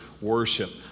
worship